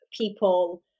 people